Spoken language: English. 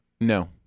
No